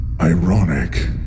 Ironic